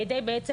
כדי בעצם,